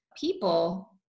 people